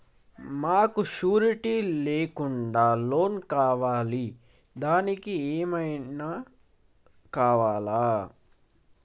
మాకు షూరిటీ లేకుండా లోన్ కావాలి దానికి ఏమేమి కావాలి?